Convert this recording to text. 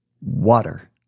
water